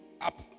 up